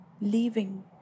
leaving